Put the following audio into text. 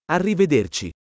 Arrivederci